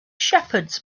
shepherds